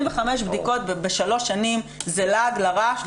25 בדיקות בשלוש שנים זה לעג לרש,